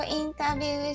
interview